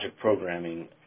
programming